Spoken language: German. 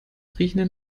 riechenden